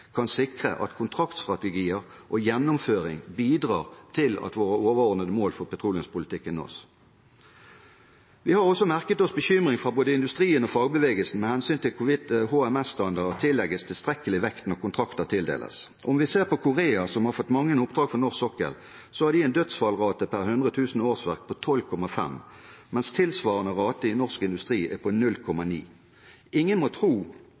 kan sikre at kontraktstrategier og gjennomføring bidrar til at våre overordnede mål for petroleumspolitikken nås. Vi har også merket oss bekymring fra både industrien og fagbevegelsen med hensyn til hvorvidt HMS-standard tillegges tilstrekkelig vekt når kontrakter tildeles. Korea, som har fått mange oppdrag for norsk sokkel, har en dødsfallrate per 100 000 årsverk på 12,5, mens tilsvarende rate i norsk industri er på 0,9. Ingen må tro